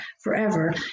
forever